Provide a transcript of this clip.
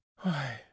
Why